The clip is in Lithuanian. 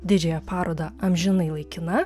didžiąją parodą amžinai laikina